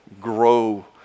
Grow